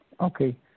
Okay